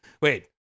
Wait